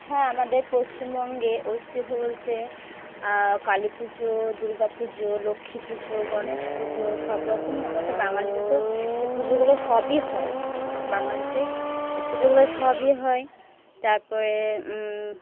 হ্যাঁ আমাদের পশ্চিমবঙ্গে ঐতিহ্য বলতে কালী পুজো দুর্গা পুজো লক্ষ্মী পুজো গণেশ পুজো সব রকম আমাদের তো বাঙালিতে তো এই পুজোগুলো সবই হয় বাঙালিতে এই পুজোগুলো সবই হয় তারপরে